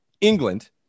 England